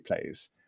plays